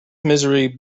misery